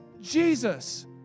Jesus